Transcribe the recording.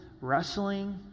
wrestling